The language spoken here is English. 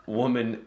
woman